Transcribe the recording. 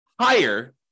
higher